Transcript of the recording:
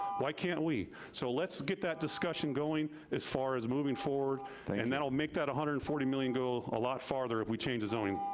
why can't we? so let's get that discussion going as far as moving forward and that'll make that one hundred and forty million go a lot farther if we change the zoning.